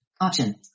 Option